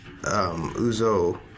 Uzo